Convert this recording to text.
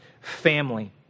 family